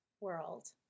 world